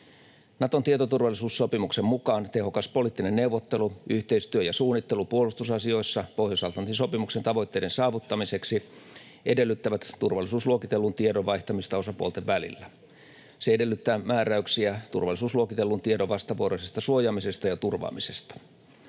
Naton tietoturvallisuussopimuksen mukaan tehokas poliittinen neuvottelu, yhteistyö ja suunnittelu puolustusasioissa Pohjois-Atlantin sopimuksen tavoitteiden saavuttamiseksi edellyttävät turvallisuusluokitellun tiedon vaihtamista osapuolten välillä. Se edellyttää määräyksiä turvallisuusluokitellun tiedon vastavuoroisesta suojaamisesta ja turvaamisesta.